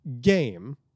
game